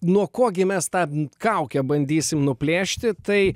nuo ko gi mes tą kaukę bandysime nuplėšti tai